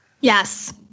Yes